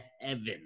heaven